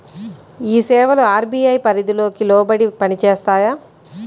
ఈ సేవలు అర్.బీ.ఐ పరిధికి లోబడి పని చేస్తాయా?